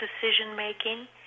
decision-making